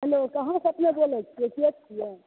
hello कहाँ से अपने बोले छियै के छियै